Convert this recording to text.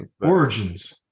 origins